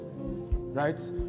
Right